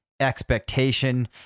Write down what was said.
expectation